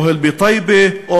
אוהל בטייבה,